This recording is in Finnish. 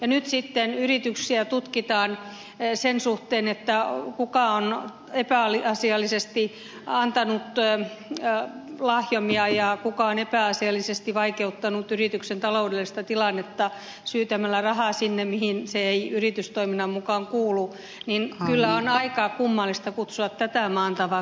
ja kun nyt sitten yrityksiä tutkitaan sen suhteen kuka on epäasiallisesti antanut lahjomia ja kuka on epäasiallisesti vaikeuttanut yrityksen taloudellista tilannetta syytämällä rahaa sinne mihin se ei yritystoiminnan mukaan kuulu niin kyllä on aika kummallista kutsua tätä maan tavaksi